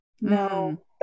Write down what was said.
No